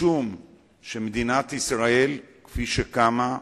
משום שמדינת ישראל כפי שקמה,